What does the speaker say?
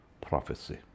prophecy